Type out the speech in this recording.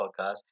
podcast